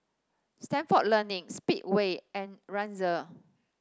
Stalford Learning Speedway and Razer